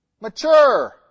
Mature